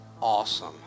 awesome